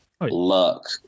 Luck